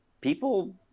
people